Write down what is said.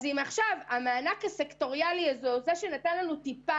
אז אם עכשיו המענק הסקטוריאלי נתן לנו טיפה